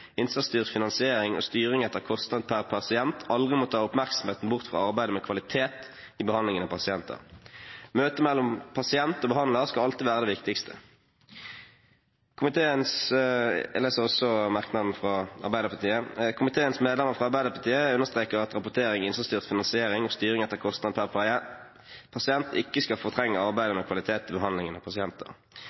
finansiering og styring etter kostnad per pasient aldri må ta oppmerksomheten bort fra arbeidet med kvalitet i behandlingen av pasienter. Møtet mellom pasient og behandler skal alltid være det viktigste. Jeg leser også merknaden fra Arbeiderpartiet. Komiteens medlemmer fra Arbeiderpartiet understreker at rapportering, innsatsstyrt finansiering og styring etter kostnad per pasient ikke skal fortrenge arbeidet med kvalitet i behandlingen av pasienter.